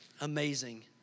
amazing